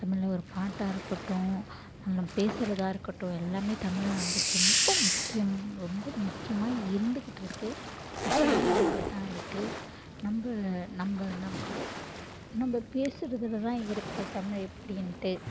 தமிழில் ஒரு பாட்டாக இருக்கட்டும் நம்ம பேசுகிறதா இருக்கட்டும் எல்லாமே தமிழில் நம்மளுக்கு ரொம்ப முக்கியம் ரொம்ப முக்கியமாக இருந்துக் கிட்டிருக்கு இப்பவுமே இருந்துக்கிட்டு தான் இருக்குது நம்ம நம்ம நம்ம நம்ம பேசுறதில் தான் இருக்குது தமிழ் எப்படின்ட்டு